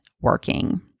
working